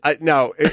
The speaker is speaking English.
no